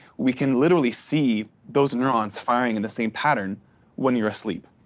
we can literally see those neurons firing in the same pattern when you're asleep.